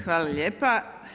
Hvala lijepa.